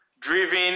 driven